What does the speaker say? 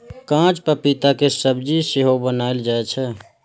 कांच पपीता के सब्जी सेहो बनाएल जाइ छै